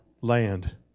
land